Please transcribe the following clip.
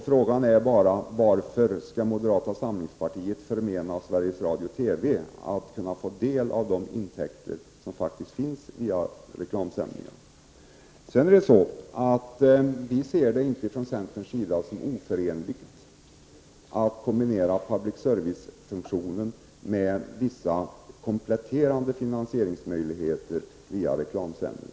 Frågan är bara varför moderata samlingspartiet skall förmena Sveriges Radio/TV att kunna ta del av de intäkter som faktiskt finns i samband med reklamsändningar. Vi i centern ser det inte som oförenligt att kombinera public service-funktionen med vissa kompletterande finansieringsmöjligheter via reklamsändningar.